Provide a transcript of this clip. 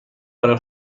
برای